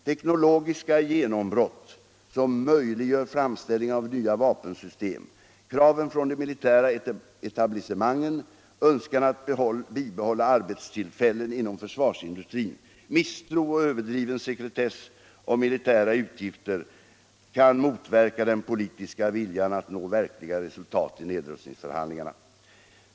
Teknologiska genombrott som möjliggör framställning av nya vapensystem, kraven från de militära etablissemangen, önskan att behålla arbetstillfällen inom försvarsindustrin, misstro och överdriven sekretess om militära utgifter kan motverka den politiska viljan att nå verkliga resultat i nedrustningsförhandlingarna.